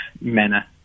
manner